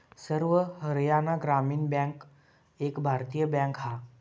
सर्व हरयाणा ग्रामीण बॅन्क एक भारतीय बॅन्क हा